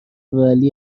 ولی